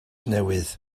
newydd